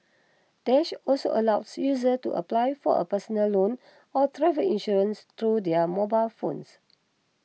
dash also allows users to apply for a personal loan or travel insurance through their mobile phones